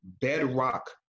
bedrock